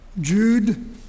Jude